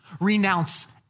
Renounce